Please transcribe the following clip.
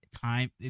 time